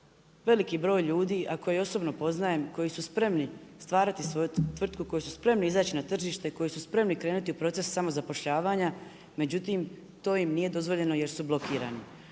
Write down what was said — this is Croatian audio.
veliki broj ljudi, a koje osobno poznajem, koji su spremni stvarati svoju tvrtku, koji su spremni izaći na tržište, koji su spremni krenuti u proces samozapošljavanja, međutim to im nije dozvoljeno jer su blokirani.